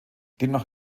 demnach